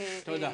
תודה.